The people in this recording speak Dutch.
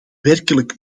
werkelijk